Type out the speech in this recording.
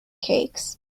cakes